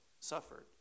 suffered